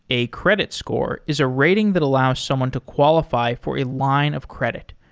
a credit score is a rating that allows someone to qualify for a line of credit,